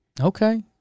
Okay